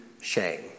shame